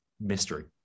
mystery